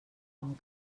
amb